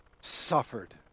suffered